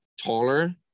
taller